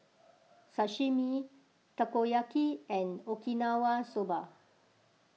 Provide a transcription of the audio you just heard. Sashimi Takoyaki and Okinawa Soba